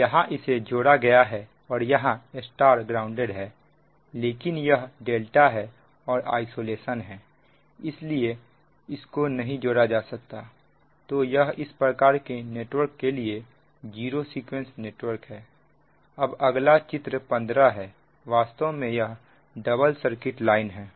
इसलिए यहां इसे जोड़ा गया है और यहां Y ग्राउंडेड किया गया है लेकिन यह ∆ है और आइसोलेशन है इसलिए इसको नहीं जोड़ा जा सकता तो यह इस प्रकार के नेटवर्क के लिए जीरो सीक्वेंस नेटवर्क है अब अगला चित्र 15 है वास्तव में यह डबल सर्किट लाइन है